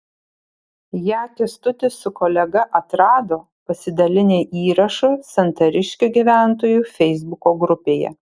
ją kęstutis su kolega atrado pasidalinę įrašu santariškių gyventojų feisbuko grupėje